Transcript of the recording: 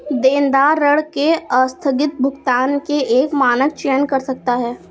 देनदार ऋण के आस्थगित भुगतान के एक मानक का चयन कर सकता है